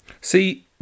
See